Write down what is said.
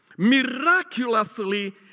Miraculously